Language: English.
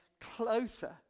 closer